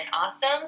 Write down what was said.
awesome